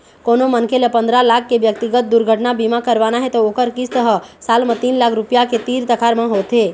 कोनो मनखे ल पंदरा लाख के ब्यक्तिगत दुरघटना बीमा करवाना हे त ओखर किस्त ह साल म तीन लाख रूपिया के तीर तखार म होथे